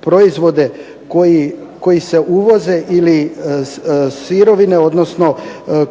proizvode koji se uvoze ili sirovine odnosno